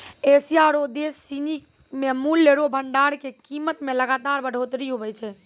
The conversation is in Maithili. एशिया रो देश सिनी मे मूल्य रो भंडार के कीमत मे लगातार बढ़ोतरी हुवै छै